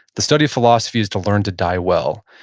the study of philosophy is to learn to die well.